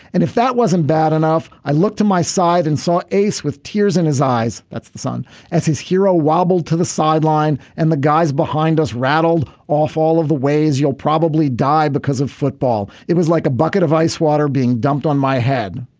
and if that wasn't bad enough i looked at my side and saw ace with tears in his eyes. that's the son as his hero wobbled to the sideline and the guys behind us rattled off all of the ways you'll probably die because of football. it was like a bucket of ice water being dumped on my head.